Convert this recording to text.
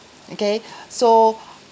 okay so